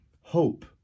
Hope